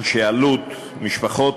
אנשי אלו"ט, משפחות,